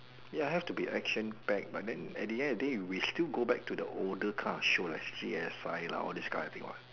ya it have to be action packed but then at the end of the day we still go back to the older kind of show like C_S_I lah all this kind of thing what